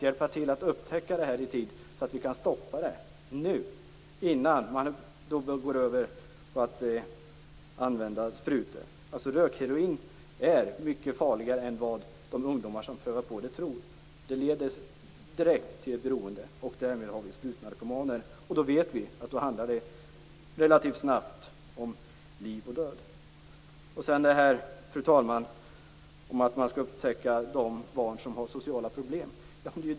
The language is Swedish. Vi skall hjälpa till att upptäcka det här i tid så att vi kan stoppa det nu, innan man går över till att använda sprutor. Rökheroin är mycket farligare än vad de ungdomar som prövar på det tror. Det leder direkt till ett beroende, och därmed har vi sprutnarkomaner. Då vet vi att det relativt snabbt handlar om liv och död. Sedan, fru talman, vill jag ta upp detta om att upptäcka de barn som har sociala problem.